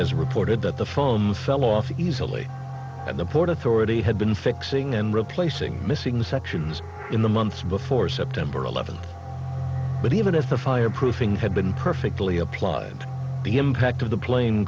times has reported that the foam fell off easily and the port authority had been fixing and replacing missing the sections in the months before september eleventh but even if the fireproofing had been perfectly applied the impact of the plane